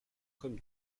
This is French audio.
comme